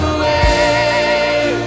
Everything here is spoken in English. away